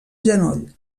genoll